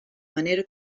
manera